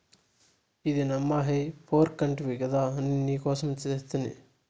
ఇదే నమ్మా హే ఫోర్క్ అంటివి గదా అది నీకోసమే తెస్తిని